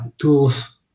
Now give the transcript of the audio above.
tools